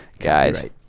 Guys